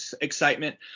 excitement